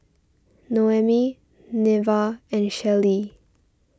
Noemi Neva and Shellie